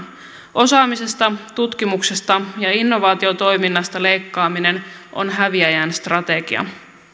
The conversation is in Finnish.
osaamisesta tutkimuksesta ja ja innovaatiotoiminnasta leikkaaminen on häviäjän strategia